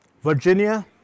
Virginia